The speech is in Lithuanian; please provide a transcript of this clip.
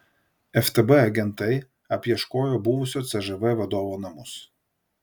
ftb agentai apieškojo buvusio cžv vadovo namus